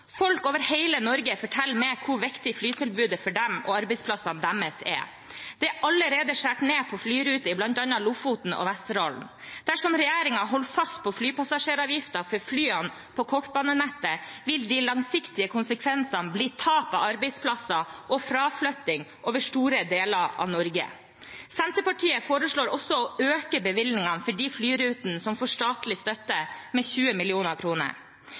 Folk over hele Norge forteller meg hvor viktig flytilbudet er for dem og arbeidsplassene deres. Det er allerede skåret ned på flyrutene i bl.a. Lofoten og Vesterålen. Dersom regjeringen holder fast på flypassasjeravgiften for flyene i kortbanenettet, vil de langsiktige konsekvensene bli tap av arbeidsplasser og fraflytting over store deler av Norge. Senterpartiet foreslår også å øke bevilgningene for flyrutene som får statlig støtte, med 20